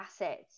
assets